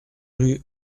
rue